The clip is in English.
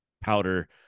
powder